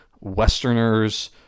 Westerners